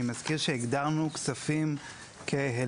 אני מזכיר שהגדרנו כספים כ-...